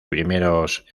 primeros